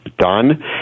done